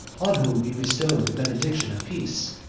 on whom he bestowed the benediction of peace.